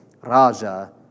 Raja